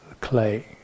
clay